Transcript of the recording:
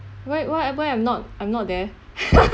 why why I'm why I'm not I'm not there